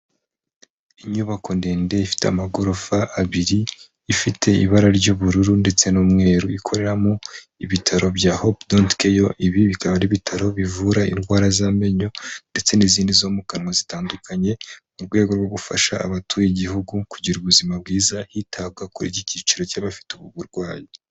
Inyubako ndende ifite amagorofa abiri ifite ibara ry'ubururu ndetse n'umweru ikoreramo ibitaro bya Hope dental center. Ibi bikaba ari bitaro bivura indwara z'amenyo ndetse n'izindi zo mu kanwa zitandukanye mu rwego rwo gufasha abatuye igihugu kugira ubuzima bwiza hitabwaho ry'icciro cy'abafite ubu burwayi.